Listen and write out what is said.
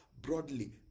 broadly